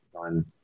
on